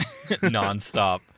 Nonstop